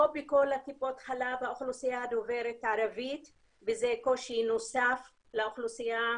לא בכל טיפות החלב האוכלוסייה דוברת ערבית וזה קושי נוסף לאוכלוסייה,